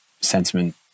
sentiment